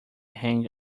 hang